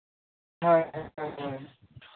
ᱦᱳᱭ ᱦᱳᱭ ᱦᱳᱭ